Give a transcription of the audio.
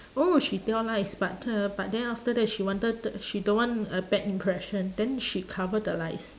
oh she tell lies but uh but then after that she wanted the she don't want a bad impression then she cover the lies